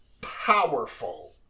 powerful